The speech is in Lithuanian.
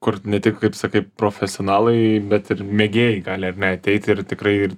kur ne tik kaip sakai profesionalai bet ir mėgėjai gali ar ne ateit ir tikrai